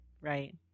Right